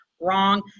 Wrong